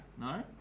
no